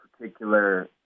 particular